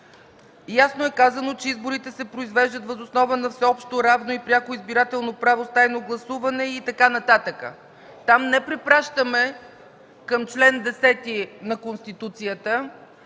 ясно е казано, че „изборите се произвеждат въз основа на всеобщо, равно и пряко избирателно право с тайно гласуване” и така нататък. Там не препращаме към чл. 10 на Конституцията,